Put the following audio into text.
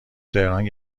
تهران